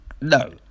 no